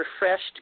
refreshed